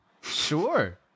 Sure